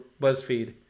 BuzzFeed